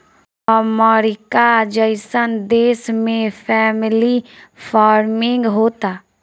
अमरीका जइसन देश में फैमिली फार्मिंग होता